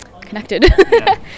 connected